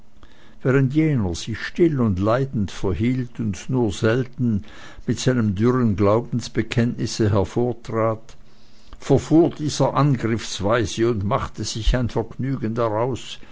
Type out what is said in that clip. während jener sich still und leidend verhielt und nur selten mit seinem dürren glaubensbekenntnisse hervortrat verfuhr dieser angriffsweise und machte sich ein vergnügen daraus